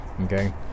okay